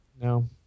No